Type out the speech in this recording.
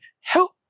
help